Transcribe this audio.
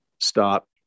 stop